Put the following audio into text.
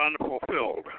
unfulfilled